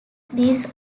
these